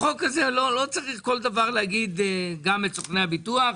בחוק הזה, לא צריך בכל דבר לומר גם סוכני הביטוח.